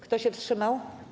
Kto się wstrzymał?